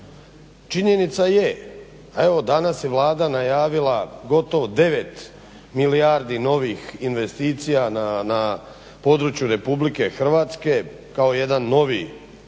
činjenica je, a evo danas je Vlada najavila gotovo 9 milijardi novih investicija na području RH kao jedan novi, ne znam